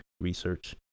research